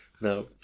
No